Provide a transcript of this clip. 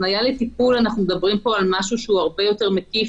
הפניה לטיפול אנחנו מדברים פה על משהו שהוא הרבה יותר מקיף,